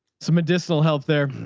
some medicinal health there.